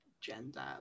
gender